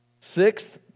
Sixth